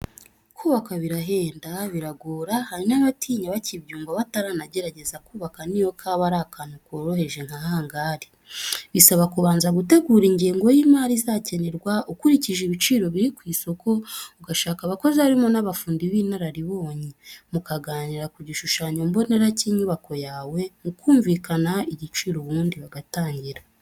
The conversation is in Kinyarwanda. Kubaka birahenda, biragora, hari n'ababitinya bakibyumva, bataranagerageza kubaka n'iyo kaba ari akantu koroheje nka hangari. Bisaba kubanza gutegura ingengo y'imari izakenerwa ukurikije ibiciro biri ku isoko, ugashaka abakozi harimo n'abafundi b'inararibonye, mukaganira ku gishushanyo mbonera cy'inyubako yawe, mukumvikana igiciro, ubundi bagatangira.